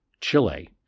Chile